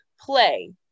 play